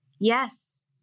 Yes